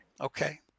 Okay